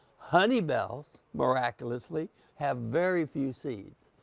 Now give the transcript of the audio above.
honey bells miraculously have very few seats.